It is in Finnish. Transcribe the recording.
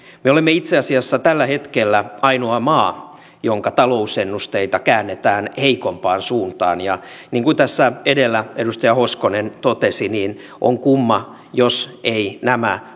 me olemme itse asiassa tällä hetkellä ainoa maa jonka talousennusteita käännetään heikompaan suuntaan ja niin kuin tässä edellä edustaja hoskonen totesi on kumma jos eivät nämä